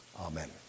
Amen